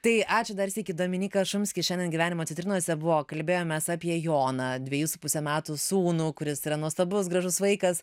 tai ačiū dar sykį dominykas šumskis šiandien gyvenimo citrinose buvo kalbėjomės apie joną dviejų su pusę metų sūnų kuris yra nuostabus gražus vaikas